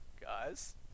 guys